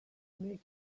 make